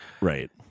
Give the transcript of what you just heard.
right